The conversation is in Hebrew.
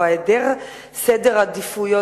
או היעדר סדר עדיפויות.